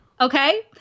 okay